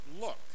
Look